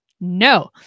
No